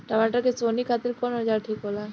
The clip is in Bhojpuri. टमाटर के सोहनी खातिर कौन औजार ठीक होला?